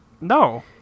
No